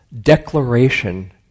declaration